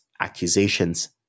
accusations